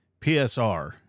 PSR